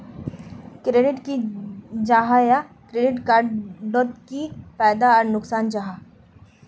Credit की जाहा या क्रेडिट कार्ड डोट की फायदा आर नुकसान जाहा?